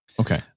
okay